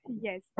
yes